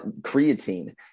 creatine